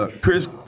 Chris